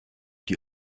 die